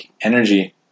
energy